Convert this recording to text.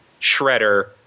Shredder